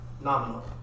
Nominal